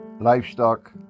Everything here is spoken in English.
livestock